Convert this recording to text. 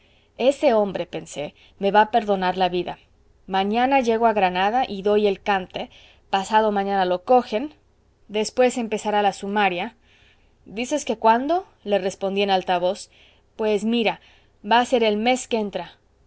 este hombre pensé me va a perdonar la vida mañana llego a granada y doy el cante pasado mañana lo cogen después empezará la sumaria dices que cuándo le respondí en alta voz pues mira va a ser el mes que entra